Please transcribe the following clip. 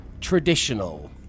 traditional